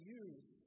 use